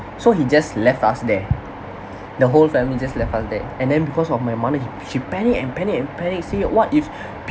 so he just left us there the whole family just left us there and then because of my mother he she panic and panic and panic say what if